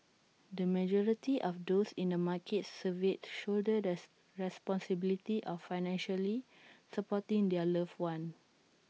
the majority of those in the markets surveyed shoulder thus responsibility of financially supporting their loved ones